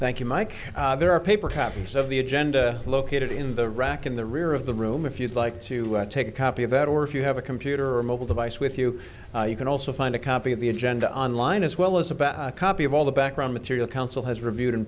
thank you mike there are paper copies of the agenda located in the rack in the rear of the room if you'd like to take a copy of that or if you have a computer or mobile device with you you can also find a copy of the agenda online as well as about a copy of all the background material counsel has reviewed